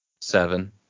seven